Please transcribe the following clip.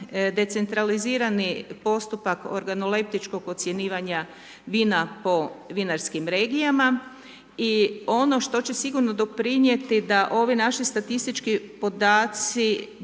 decentralizirani postupak organoleptičkog ocjenjivanja vina po vinarskim regijama i ono što će sigurno doprinijeti da ovi naši statistički podaci